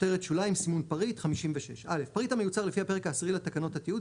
"סימון פריט 56. פריט המיוצר לפי הפרק העשירי לתקנות התיעוד,